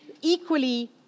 equally